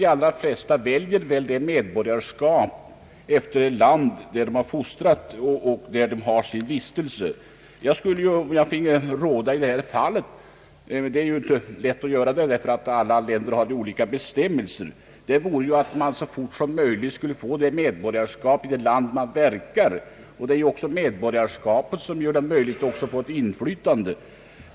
De allra flesta väljer väl medborgarskap i det land där de har fostrats och där de vistas. Det bästa vore att man så fort som möjligt kunde få medborgarskap i det land där man verkar. Det är ju också medborgarskapet som ger möjlighet till inflytande.